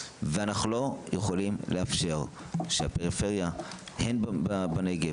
ואנחנו לא יכולים לאפשר שהפריפריה בנגב